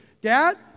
Dad